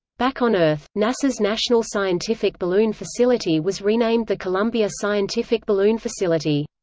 back on earth, nasa's national scientific balloon facility was renamed the columbia scientific balloon facility.